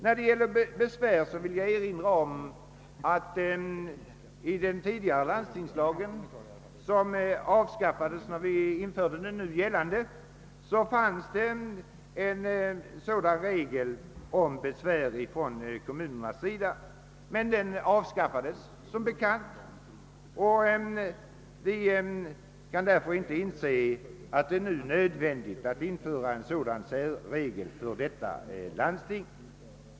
När det gäller besvärsmöjligheterna vill jag erinra om att det i den tidigare landstingslagen, som avskaffades när den nu gällande landstingslagen infördes, fanns en regel om kommunernas besvärsmöjligheter. Denna bestämmelse har alltså avskaffats, och vi kan inte inse att det är nödvändigt att nu införa en särregel av samma innebörd för Stockholms läns landsting.